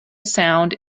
sound